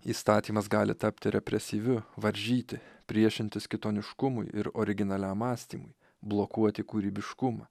įstatymas gali tapti represyviu varžyti priešintis kitoniškumui ir originaliam mąstymui blokuoti kūrybiškumą